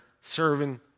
serving